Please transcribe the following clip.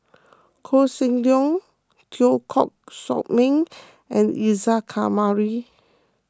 Koh Seng Leong Teo Koh Sock Miang and Isa Kamari